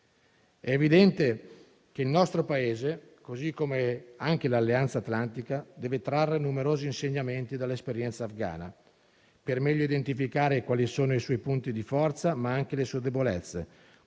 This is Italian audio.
È evidente che il nostro Paese, così come l'Alleanza atlantica, deve trarre numerosi insegnamenti dall'esperienza afghana, per meglio identificare quali sono i suoi punti di forza, ma anche le sue debolezze,